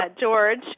George